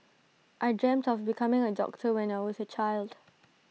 I dreamt of becoming A doctor when I was A child